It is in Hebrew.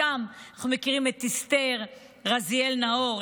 משם אנחנו מכירים את אסתר רזיאל נאור,